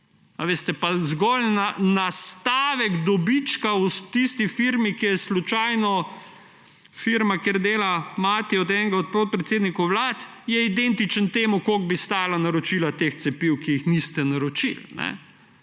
Pa zgolj nastavek dobička v tisti firmi, ki je slučajno firma, kjer dela mati enega od podpredsednikov vlad, je identičen temu, kolikor bi stala naročila teh cepiv, ki jih niste naročili.